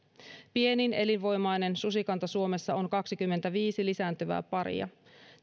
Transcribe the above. pienin elinvoimainen susikanta suomessa on kaksikymmentäviisi lisääntyvää paria